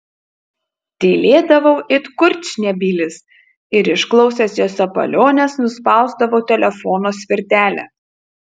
tylėdavau it kurčnebylis ir išklausęs jos sapaliones nuspausdavau telefono svirtelę